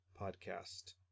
podcast